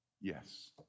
Yes